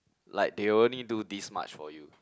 like they will only do this much for you